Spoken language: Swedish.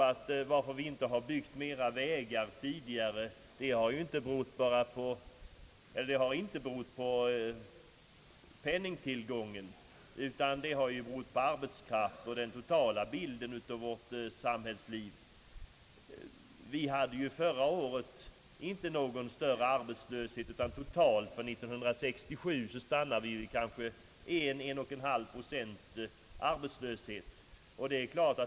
Att man inte byggt mera vägar tidigare har inte berott på penningbrist, utan det har berott på arbetskraftsbrist. Förra året var det inte någon större arbetslöshet — totalt utgjorde den kanske 1 å 1,5 procent.